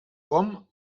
com